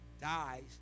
dies